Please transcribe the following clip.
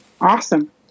Awesome